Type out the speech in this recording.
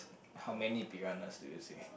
how many piranhas do you see